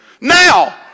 Now